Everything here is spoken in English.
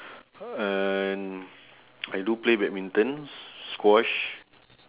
and I do play badminton squash